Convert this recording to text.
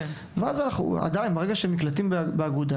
ברגע שהם נקלטים באגודה